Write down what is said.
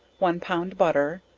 one pound butter,